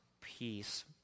peace